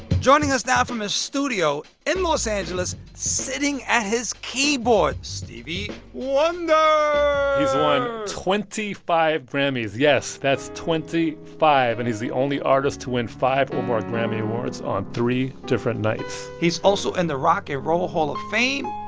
joining us now from his studio in los angeles, sitting at his keyboard, stevie wonder he's won twenty five grammys. yes, that's twenty five. and he's the only artist to win five or more grammy awards on three different nights he's also in and the rock and roll hall of fame.